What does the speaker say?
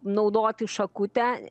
naudoti šakutę